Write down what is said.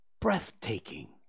breathtaking